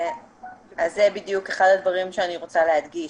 אז זה בדיוק אחד הדברים שאני רוצה להדגיש.